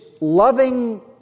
loving